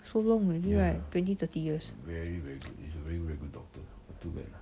so long already right twenty thirty years